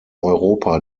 europa